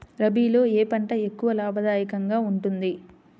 రబీలో ఏ పంట ఎక్కువ లాభదాయకంగా ఉంటుంది?